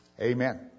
Amen